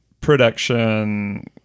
production